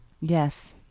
Yes